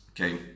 okay